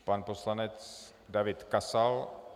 Pan poslanec David Kasal.